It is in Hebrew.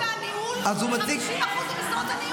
--- 50% מהניהול, 50% ממשרות הניהול.